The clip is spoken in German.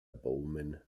bowman